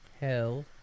hell